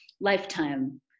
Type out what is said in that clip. lifetime